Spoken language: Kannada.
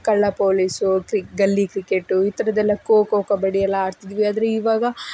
ಕಳ್ಳ ಪೋಲೀಸು ಕ್ರಿ ಗಲ್ಲಿ ಕ್ರಿಕೆಟು ಈ ಥರದ್ದೆಲ್ಲ ಕೋ ಕೋ ಕಬಡ್ಡಿ ಎಲ್ಲ ಆಡ್ತಿದ್ವಿ ಆದರೆ ಇವಾಗ